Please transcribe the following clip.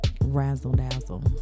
razzle-dazzle